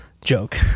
joke